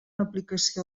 aplicació